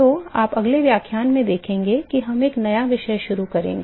तो आप अगले व्याख्यान में देखेंगे कि हम एक नया विषय शुरू करेंगे